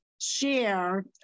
share